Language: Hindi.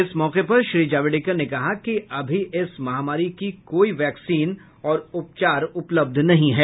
इस मौके पर श्री जावडेकर ने कहा कि अभी इस महामारी की कोई वैकसीन और उपचार उपलब्ध नहीं है